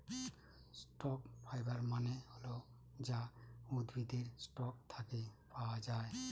stock fibre মানে হল যা উদ্ভিদের স্টক থাকে পাওয়া যায়